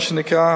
מה שנקרא,